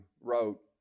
wrote